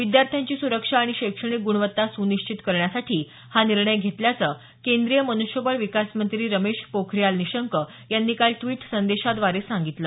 विद्यार्थ्यांची सुरक्षा आणि शैक्षणिक गुणवत्ता सुनिश्चित करण्यासाठी हा निर्णय घेतल्याचं केंद्रीय मनुष्यबळ विकास मंत्री रमेश पोखरियाल निशंक यांनी काल ड्विट संदेशाद्वारे सांगितलं